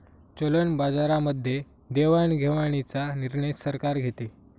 चलन बाजारामध्ये देवाणघेवाणीचा निर्णय सरकार घेते